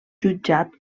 jutjat